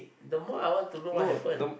the more I want to know what happen